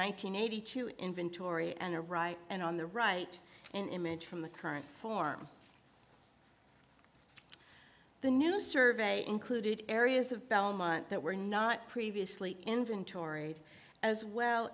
hundred eighty two inventory and a right and on the right an image from the current form the new survey included areas of belmont that were not previously inventoried as well